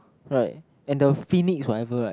right and the phoenix whatever [right]